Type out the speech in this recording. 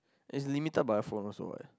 and it's limited by the phone also what